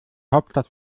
hauptstadt